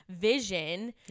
vision